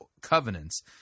covenants